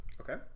Okay